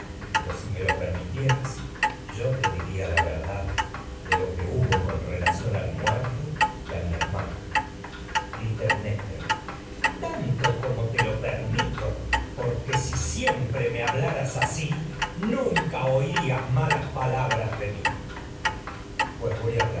pero si me que oír cuanto yo cirme lo permitieras te diría y a la verdad de lo que hubo con relación al muerto como mi hermana clitemnestra y tanto si te lo permito porque siempre mí me hablaras asi nunca oirías malas palabras de electra pues voy a hablarte